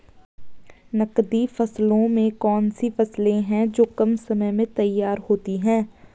नकदी फसलों में कौन सी फसलें है जो कम समय में तैयार होती हैं?